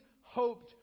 hoped